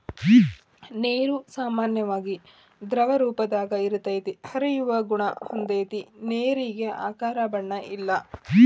ನೇರು ಸಾಮಾನ್ಯವಾಗಿ ದ್ರವರೂಪದಾಗ ಇರತತಿ, ಹರಿಯುವ ಗುಣಾ ಹೊಂದೆತಿ ನೇರಿಗೆ ಆಕಾರ ಬಣ್ಣ ಇಲ್ಲಾ